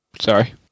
Sorry